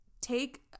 take